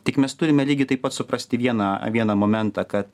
tik mes turime lygiai taip pat suprasti vieną vieną momentą kad